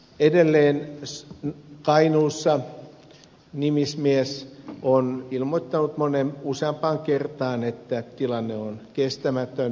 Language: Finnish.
edelleen kainuussa nimismies on ilmoittanut useampaan kertaan että tilanne on kestämätön